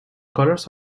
colors